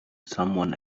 someone